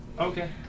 okay